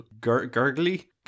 gurgly